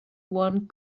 one